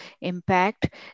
impact